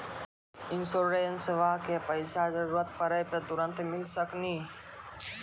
इंश्योरेंसबा के पैसा जरूरत पड़े पे तुरंत मिल सकनी?